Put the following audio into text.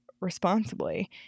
responsibly